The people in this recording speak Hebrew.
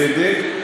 בצדק,